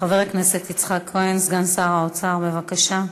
חבר הכנסת יצחק כהן, סגן שר האוצר, בבקשה.